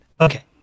Okay